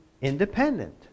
independent